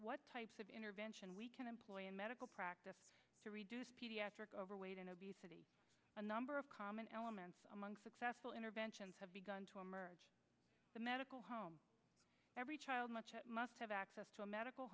what types of intervention we can employ in medical practice to reduce pediatric overweight and obesity a number of common elements among successful interventions have begun to emerge the medical home every child much must have access to a medical